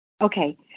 Okay